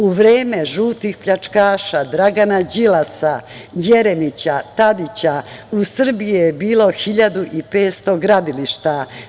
U vreme žutih pljačkaša, Dragana Đilasa, Jeremića, Tadića u Srbiji je bilo 1.500 gradilišta.